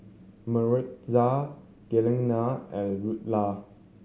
Maritza Glenna and Luella